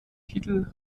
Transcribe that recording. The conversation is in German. titel